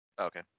okay